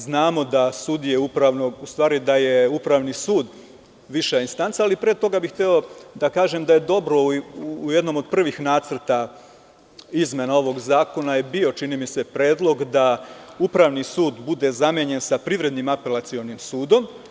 Znamo da je Upravni sud viša instanca, ali pre toga bih hteo da kažem da je dobro u jednom od prvih nacrta izmena ovog zakona je bio, čini mi se, predlog da Upravni sud bude zamenjen sa Privrednim apelacionim sudom.